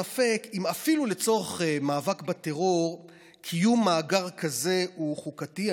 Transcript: ספק אם אפילו לצורך מאבק בטרור קיום מאגר כזה הוא חוקתי,